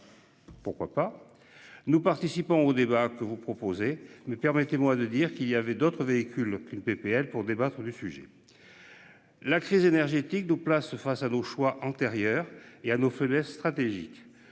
Pourquoi pas. Nous participons au débat que vous proposez. Mais permettez-moi de dire qu'il y avait d'autres véhicules qu'PPL pour débattre du sujet. La crise énergétique de place face à nos choix antérieur et à nos faiblesses stratégiques,